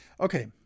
Okay